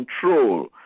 control